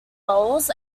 roles